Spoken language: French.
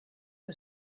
que